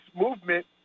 movement